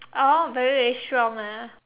oh very very strong ah